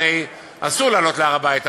הרי אסור לעלות להר-הבית,